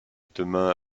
demain